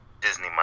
Disney